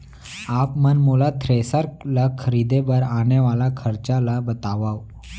आप मन मोला थ्रेसर ल खरीदे बर आने वाला खरचा ल बतावव?